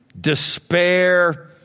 despair